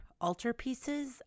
altarpieces